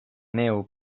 neu